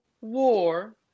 war